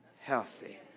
healthy